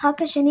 במשחק השני,